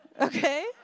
Okay